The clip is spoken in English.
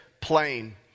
plain